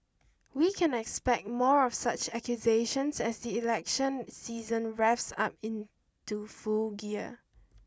we can expect more of such accusations as the election season revs up into full gear